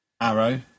Arrow